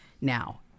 Now